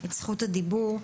את זכות הדיבור.